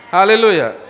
Hallelujah